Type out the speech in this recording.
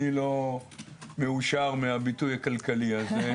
אני לא מאושר מהביטוי הכלכלי הזה.